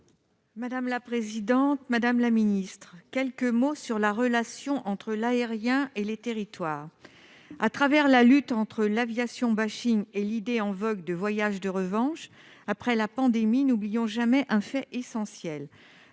Mme Évelyne Perrot. Madame la ministre, ma question porte sur la relation entre l'aérien et les territoires. Derrière la lutte entre l'« aviation » et l'idée en vogue du voyage de revanche après la pandémie, n'oublions jamais un fait essentiel